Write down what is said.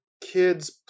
kids